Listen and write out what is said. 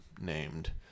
named